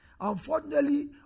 Unfortunately